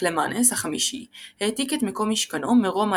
קלמנס החמישי העתיק את מקום משכנו מרומא